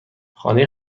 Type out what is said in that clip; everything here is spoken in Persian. خانه